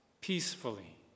peacefully